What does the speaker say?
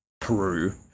Peru